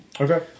Okay